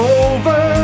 over